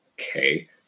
Okay